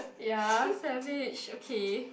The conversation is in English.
ya savage okay